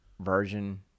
version